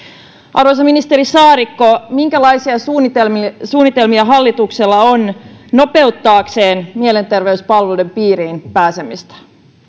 arvoisa ministeri saarikko minkälaisia suunnitelmia suunnitelmia hallituksella on nopeuttaakseen mielenterveyspalveluiden piiriin pääsemistä